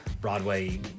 Broadway